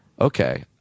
okay